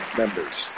members